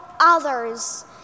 others